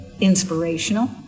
inspirational